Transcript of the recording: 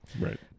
Right